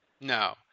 No